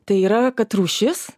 tai yra kad rūšis